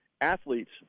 athletes